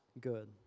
good